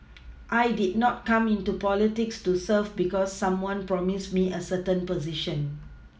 I did not come into politics to serve because someone promised me a certain position